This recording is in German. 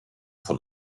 von